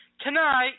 Tonight